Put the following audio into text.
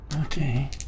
Okay